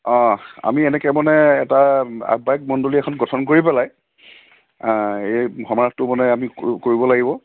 অঁ আমি এনেকে মানে এটা আহ্বায়ক মণ্ডলী এখন গঠন কৰি পেলাই এই সমাৰোহটো মানে আমি কৰিব লাগিব